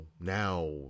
now